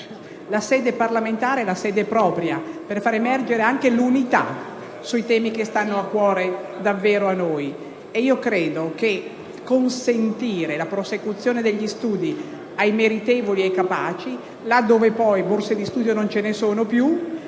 La sede parlamentare è la sede propria per far emergere l'unità sui temi che ci stanno davvero a cuore. Consentire la prosecuzione degli studi ai meritevoli e ai capaci, in particolare dove borse di studio non ce ne sono più,